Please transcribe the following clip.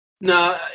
No